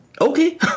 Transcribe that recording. Okay